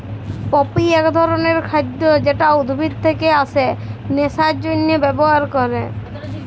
poppy এক ধরণের খাদ্য যেটা উদ্ভিদ থেকে আসে নেশার জন্হে ব্যবহার ক্যরে